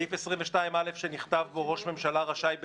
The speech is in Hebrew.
סעיף 22א שנכתב בו: ראש ממשלה רשאי בצו,